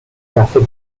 traffic